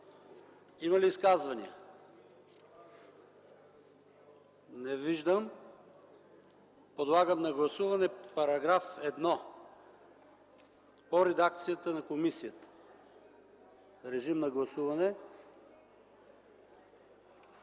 Има ли изказвания? Не виждам. Подлагам на гласуване § 1 по редакцията на комисията. Гласували